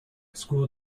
school